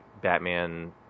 Batman